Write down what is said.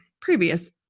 previous